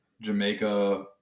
Jamaica